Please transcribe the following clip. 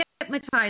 hypnotized